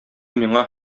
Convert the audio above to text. миңа